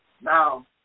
Now